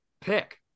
pick